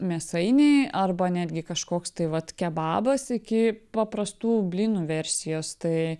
mėsainiai arba netgi kažkoks tai vat kebabas iki paprastų blynų versijos tai